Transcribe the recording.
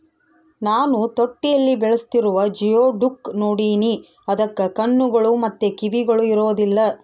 ನಾನು ತೊಟ್ಟಿಯಲ್ಲಿ ಬೆಳೆಸ್ತಿರುವ ಜಿಯೋಡುಕ್ ನೋಡಿನಿ, ಅದಕ್ಕ ಕಣ್ಣುಗಳು ಮತ್ತೆ ಕಿವಿಗಳು ಇರೊದಿಲ್ಲ